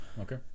okay